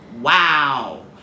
Wow